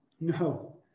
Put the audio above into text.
No